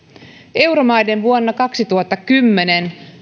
euromaiden vuonna kaksituhattakymmenen